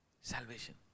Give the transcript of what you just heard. Salvation